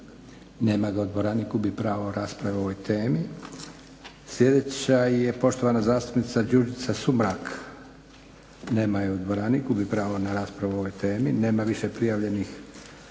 Nema je u dvorani. Gubi pravo na raspravu o ovoj temi.